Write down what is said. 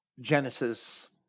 Genesis